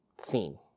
theme